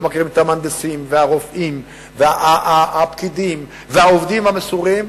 לא מכירים את המהנדסים והרופאים והפקידים והעובדים המסורים.